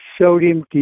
sodium